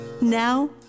Now